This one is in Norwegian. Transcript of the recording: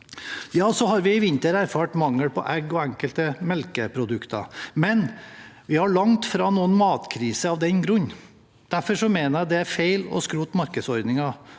vinter har vi erfart mangel på egg og enkelte melkeprodukter, men vi har langt fra noen matkrise av den grunn. Derfor mener jeg det er feil å skrote markedsordningen